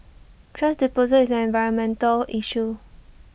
thrash disposal is an environmental issue